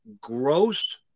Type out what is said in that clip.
Gross